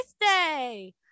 birthday